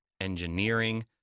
engineering